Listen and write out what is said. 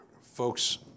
folks